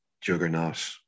juggernaut